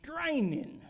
straining